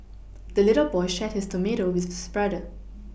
the little boy shared his tomato with his brother